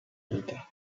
vita